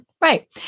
Right